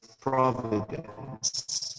providence